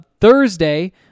Thursday